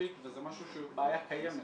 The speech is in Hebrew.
מספיק וזה משהו שהוא בעיה קיימת.